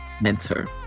mentor